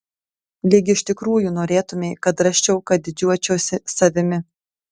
lyg iš tikrųjų norėtumei kad rasčiau kad didžiuočiausi savimi